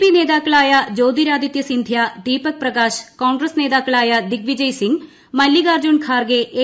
P നേതാക്കളായ Jyotiraditya Scindia Deepak Prakash Congress നേതാക്കളായ Digvijaya Singh Mallikarjun Kharge A